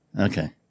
Okay